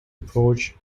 approach